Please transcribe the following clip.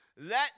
let